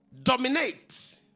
Dominate